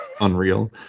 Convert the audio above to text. unreal